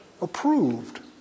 approved